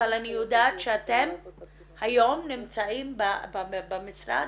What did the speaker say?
אבל אני יודעת שאתם היום נמצאים במשרד,